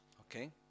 Okay